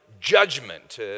judgment